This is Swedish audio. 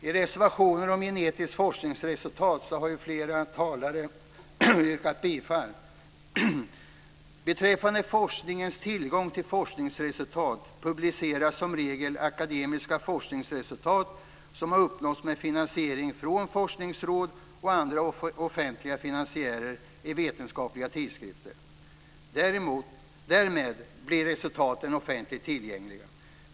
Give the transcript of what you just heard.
Flera talare har yrkat bifall till reservationen om gentekniska forskningsresultat. Beträffande forskarnas tillgång till forskningsresultat publiceras som regel akademiska forskningsresultat som uppnåtts med finansiering från forskningsråd och andra offentliga finansiärer i vetenskapliga tidskrifter. Därmed blir resultaten offentligt tillgängliga.